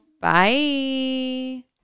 Bye